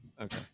Okay